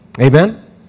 Amen